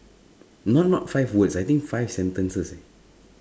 not not five words I think five sentences eh